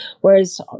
whereas